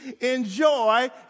enjoy